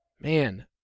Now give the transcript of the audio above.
Man